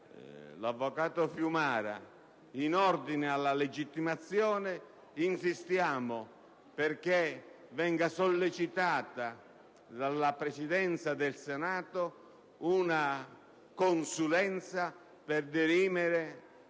avvocato Fiumara, in ordine alla legittimazione, noi insistiamo perché venga sollecitata dalla Presidenza del Senato una consulenza per dirimere